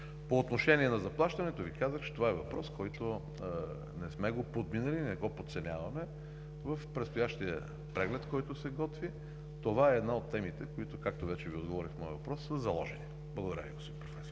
По отношение на заплащането Ви казах, че това е въпрос, който не сме го подминали, не го подценяваме. В предстоящия преглед, който се готви, това е една от темите, които, както вече Ви отговорих в моя въпрос, са заложени. Благодаря Ви, господин Председател.